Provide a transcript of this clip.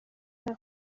nta